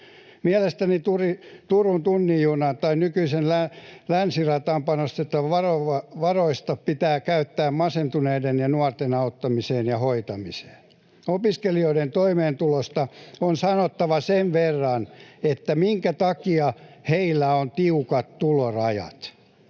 Mielestäni Turun tunnin junaan tai nykyiseen länsirataan panostettavista varoista pitää käyttää masentuneiden nuorten auttamiseen ja hoitamiseen. Opiskelijoiden toimeentulosta on sanottava tämän verran: Minkä takia heillä on tiukat tulorajat?